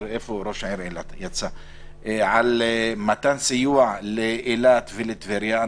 על מתן סיוע לאילת ולטבריה,